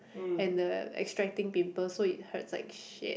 and the extracting pimples so it hurts like shit